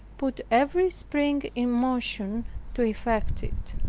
put every spring in motion to effect it.